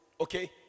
Okay